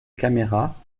caméras